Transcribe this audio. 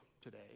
today